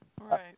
right